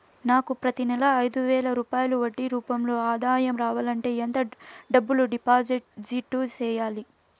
నాకు ప్రతి నెల ఐదు వేల రూపాయలు వడ్డీ రూపం లో ఆదాయం రావాలంటే ఎంత డబ్బులు డిపాజిట్లు సెయ్యాలి?